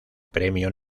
premio